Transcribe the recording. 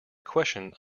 question